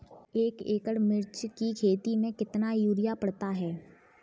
एक एकड़ मिर्च की खेती में कितना यूरिया पड़ता है?